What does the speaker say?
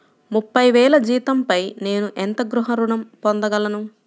ముప్పై వేల జీతంపై నేను ఎంత గృహ ఋణం పొందగలను?